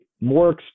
more